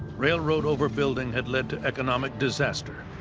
railroad overbuilding had led to economic disaster.